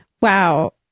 Wow